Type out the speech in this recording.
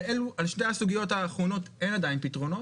על שתי הסוגיות האחרונות אין עדיין פתרונות.